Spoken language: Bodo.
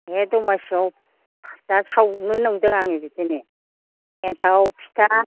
बे दमासियाव दा सावनो सानदों आङो बिदिनो एन्थाव फिथा